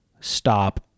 stop